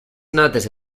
notes